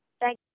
Thank